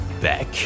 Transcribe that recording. back